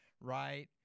right